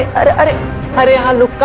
i didn't but ah know